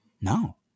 No